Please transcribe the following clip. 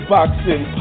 Boxing